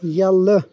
یلہٕ